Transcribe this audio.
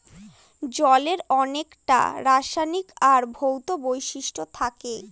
জলের অনেককটা রাসায়নিক আর ভৌত বৈশিষ্ট্য থাকে